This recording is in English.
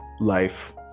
life